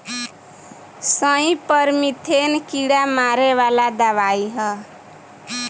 सईपर मीथेन कीड़ा मारे वाला दवाई ह